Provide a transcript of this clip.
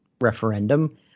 referendum